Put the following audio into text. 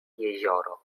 jezioro